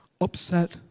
upset